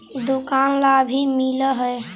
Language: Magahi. दुकान ला भी मिलहै?